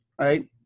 right